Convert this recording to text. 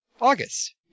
August